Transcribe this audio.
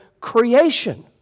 creation